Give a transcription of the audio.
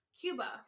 Cuba